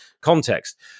context